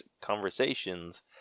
conversations